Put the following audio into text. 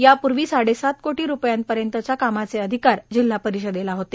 यापूर्वी साडेसात कोटी रूपयांपर्यंतच्या कामाचे अधिकार जिल्हा परीषदेला होते